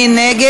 מי נגד?